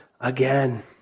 again